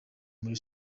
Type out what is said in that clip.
muri